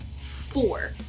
Four